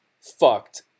fucked